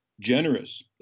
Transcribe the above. generous